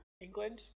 England